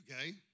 okay